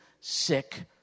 sick